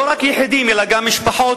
לא רק יחידים אלא גם משפחות,